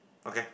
okay